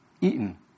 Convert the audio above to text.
eaten